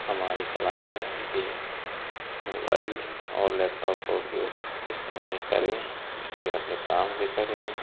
हमारी सलाह यह है कि मुबाइल और लैपटॉप का उपयोग इस्तेमाल करें लेकिन अपने काम से करें